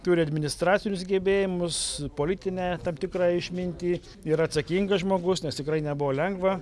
turi administracinius gebėjimus politinę tam tikrą išmintį yra atsakingas žmogus nes tikrai nebuvo lengva